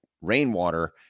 rainwater